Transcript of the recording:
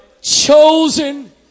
chosen